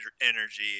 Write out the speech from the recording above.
energy